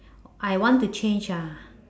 I want to change uh